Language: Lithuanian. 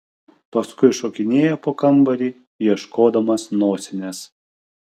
paskui šokinėja po kambarį ieškodamas nosinės